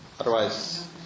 Otherwise